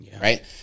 Right